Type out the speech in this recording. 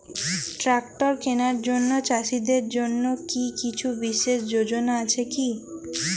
Tractor কেনার জন্য চাষীদের জন্য কী কিছু বিশেষ যোজনা আছে কি?